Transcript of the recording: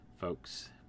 folks